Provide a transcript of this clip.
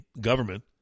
government